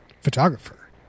photographer